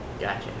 Gotcha